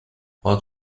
what